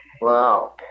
Wow